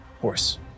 horse